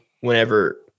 Whenever